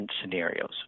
scenarios